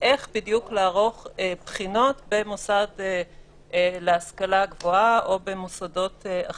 איך בדיוק לערוך בחינות במוסד להשכלה גבוהה או במוסדות אחרים.